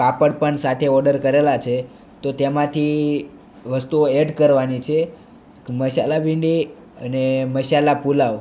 પાપડ પણ સાથે ઓર્ડર કરેલા છે તો તેમાંથી વસ્તુઓ એડ કરવાની છે મસાલા ભીંડી અને મસાલા પુલાવ